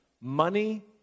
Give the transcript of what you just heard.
money